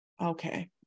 okay